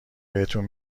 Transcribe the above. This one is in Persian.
بهتون